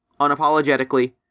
unapologetically